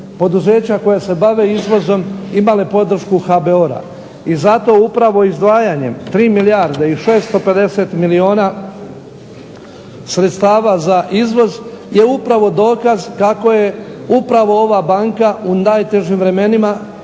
poduzeća koja se bave izvozom imale podršku HBOR-a. I zato upravo izdvajanjem 3 milijarde i 650 milijona sredstava za izvoz je upravo dokaz kako je upravo ova banka u najtežim vremenima, neću sada